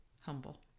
humble